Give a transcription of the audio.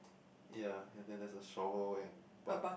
ya and then there's a shower wear but